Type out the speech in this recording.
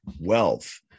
Wealth